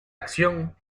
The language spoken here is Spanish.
acción